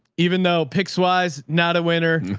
even though pics wise, not a winner,